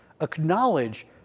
acknowledge